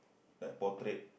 like portrait